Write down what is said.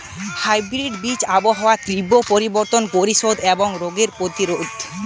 hybrid বীজ আবহাওয়ার তীব্র পরিবর্তন প্রতিরোধী এবং রোগ প্রতিরোধী